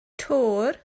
töwr